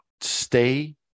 stay